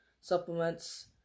supplements